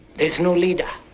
there's no leader,